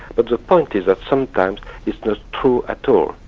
but the point is that sometimes it's not true at all.